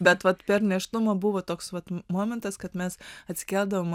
bet vat per nėštumą buvo toks vat momentas kad mes atsikeldavom